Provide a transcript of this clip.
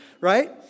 Right